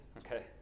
okay